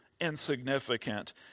insignificant